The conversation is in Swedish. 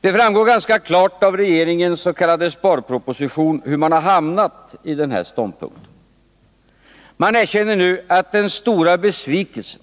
Det framgår ganska klart av regeringens s.k. sparproposition hur man har hamnat på denna ståndpunkt. Man erkänner nu att den stora besvikelsen